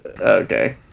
okay